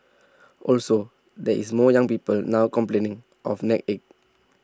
also there is more young people now complaining of neck ache